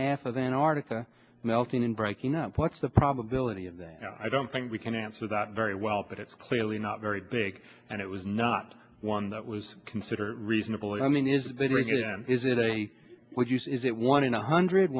half of antarctica melting and breaking up what's the probability of that i don't think we can answer that very well but it's clearly not very big and it was not one that was considered reasonable i mean is is it a what use is it one in a hundred